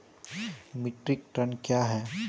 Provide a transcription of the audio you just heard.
Metric tonne कया हैं?